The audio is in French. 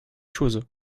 choses